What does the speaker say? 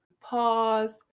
pause